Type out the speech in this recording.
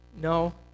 no